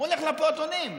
הולך לפעוטונים.